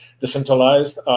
decentralized